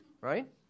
right